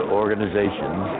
organizations